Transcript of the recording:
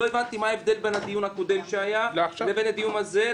לא הבנתי מה ההבדל בין הדיון הקודם שהיה לבין הדיון הזה,